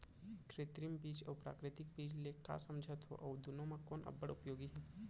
कृत्रिम बीज अऊ प्राकृतिक बीज ले का समझथो अऊ दुनो म कोन अब्बड़ उपयोगी हे?